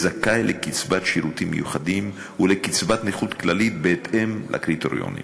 זכאי לקצבת שירותים מיוחדים ולקצבת נכות כללית בהתאם לקריטריונים.